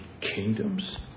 kingdoms